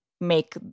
make